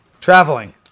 Traveling